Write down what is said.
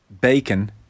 bacon